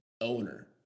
owner